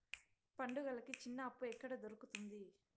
పండుగలకి చిన్న అప్పు ఎక్కడ దొరుకుతుంది